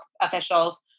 officials